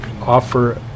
offer